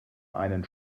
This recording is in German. einen